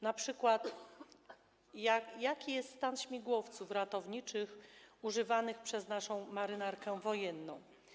Na przykład jaki jest stan śmigłowców ratowniczych używanych przez naszą Marynarkę Wojenną?